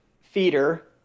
Feeder